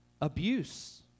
abuse